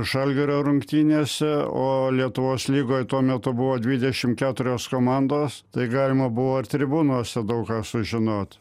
žalgirio rungtynėse o lietuvos lygoj tuo metu buvo dvidešim keturios komandos tai galima buvo ir tribūnose daug ką sužinot